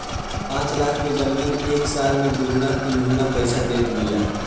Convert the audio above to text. पाँच लाख के जमीन एके साल में दुगुना तिगुना पईसा देत बिया